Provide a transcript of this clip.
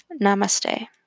Namaste